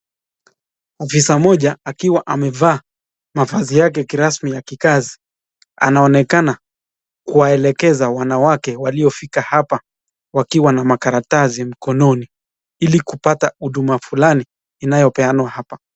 Afisa mmoja, akiwa amevaa mavazi yake ya kirasmi ya kikazi. Anaonekana kuwaelekeza wanawake waliofika hapa wakiwa na makaratasi mkononi ili kupata huduma fulani inayopewanwa hapa.